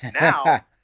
now